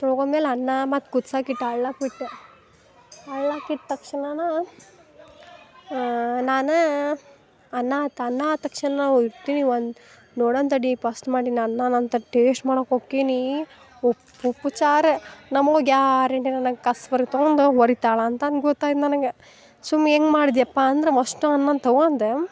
ತೊಳ್ಕೊಂಡ್ಮೇಲೆ ಅನ್ನ ಮತ್ತು ಕುದ್ಸಾಕಿಟ್ಟು ಅರ್ಳಾಕ್ಕೆ ಬಿಟ್ಟೆ ಅರ್ಳಾಕ್ಕಿಟ್ಟು ತಕ್ಷಣ ನಾನಾ ಅನ್ನಾತು ಅನ್ನ ಆ ತಕ್ಷ್ಣನಾವ ಇಡ್ತೀವಿ ಒಂದು ನೋಡೋಣ ತಡಿ ಪಷ್ಟ್ ಮಾಡೀನಿ ಅನ್ನಾವಂತ ಟೇಸ್ಟ್ ಮಾಡಕ್ಕೆ ಹೊಕ್ಕಿನೀ ಉಪ್ಪುಪ್ಪು ಚಾರ್ ನಮ್ಮವ್ವ ಗ್ಯಾರಂಟಿ ನನಗೆ ಕಸ್ಬರ್ಕಿ ತಗೊಂದು ಒಡಿತಾಳಂತ ಗೊತ್ತಾಯ್ತು ನನಗೆ ಸುಮ್ಮನೆ ಹೆಂಗೆ ಮಾಡ್ದ್ಯಪ್ಪಾಂದ್ರೆ ಅಷ್ಟೂ ಅನ್ನನ ತಗೊಂಡು